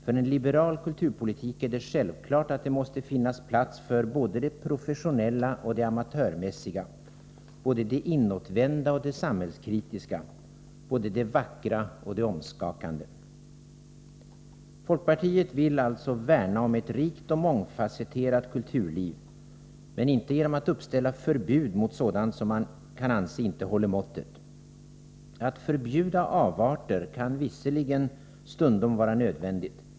För en liberal kulturpolitik är det självklart att det måste finnas plats för både det professionella och det amatörmässiga, både det inåtvända och det samhällskritiska, både det vackra och det omskakande. Folkpartiet vill alltså värna om ett rikt och mångfasetterat kulturliv, men inte genom att uppställa förbud mot sådant som man kan anse inte håller måttet. Att förbjuda avarter kan visserligen stundom vara nödvändigt.